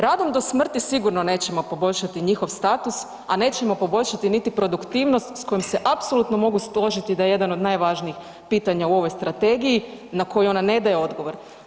Radom do smrti sigurno nećemo poboljšati njihov status a nećemo poboljšati niti produktivnost s kojom se apsolutno mogu složiti da je jedan od najvažnijih pitanja u ovom strategiji na koju ona ne daje odgovor.